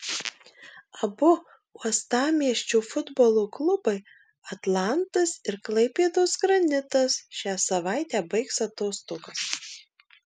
abu uostamiesčio futbolo klubai atlantas ir klaipėdos granitas šią savaitę baigs atostogas